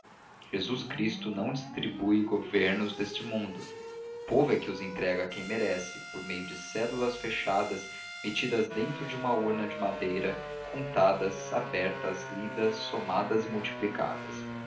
daqui jesu cristo não distribui os governos deste mundo o povo é que os entrega a quem merece por meio de cédulas fechadas metidas dentro de uma urna de madeira contadas abertas lidas somadas e multiplicadas